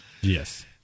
Yes